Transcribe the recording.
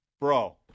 bro